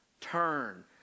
turn